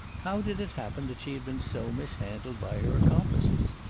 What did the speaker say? how did it happen that she had been so mishandled by her accomplices?